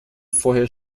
vorher